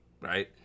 right